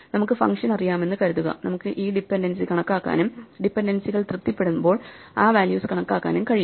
നമുക്ക് ഫംഗ്ഷൻ അറിയാമെന്ന് കരുതുക നമുക്ക് ഈ ഡിപൻഡൻസി കണക്കാക്കാനും ഡിപൻഡൻസികൾ തൃപ്തിപ്പെടുമ്പോൾ ആ വാല്യൂസ് കണക്കാക്കാനും കഴിയും